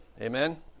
Amen